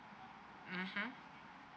mmhmm